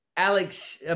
Alex